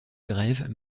grève